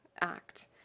act